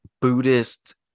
Buddhist